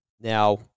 Now